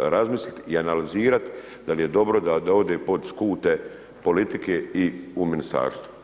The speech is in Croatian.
razmisliti i analizirati dal je dobro da ode pod skute politike i u Ministarstvo.